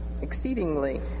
exceedingly